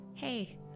Hey